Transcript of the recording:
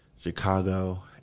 Chicago